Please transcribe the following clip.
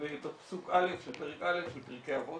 בפסוק א' של פרק א' של פרקי אבות